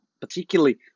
particularly